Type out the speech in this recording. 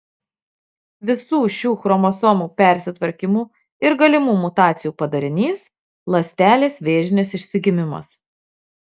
visų šių chromosomų persitvarkymų ir galimų mutacijų padarinys ląstelės vėžinis išsigimimas